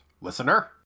listener